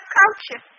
culture